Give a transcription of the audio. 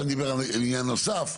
איתן דיבר על עניין נוסף,